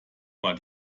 war